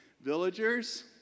Villagers